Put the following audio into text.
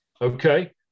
okay